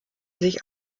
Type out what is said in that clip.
sich